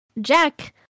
Jack